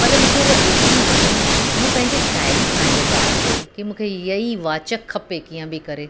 पर मूंखे हूअ एतिरी वणी मूं पंहिंजे साहेड़ी सां हीअ ॻाल्हि कयी की मूंखे इहेई वाच खपे कीअं बि करे